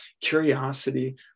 curiosity